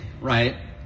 right